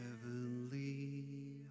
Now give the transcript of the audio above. heavenly